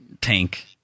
tank